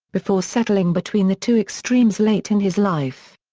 before settling between the two extremes late in his life.